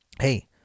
hey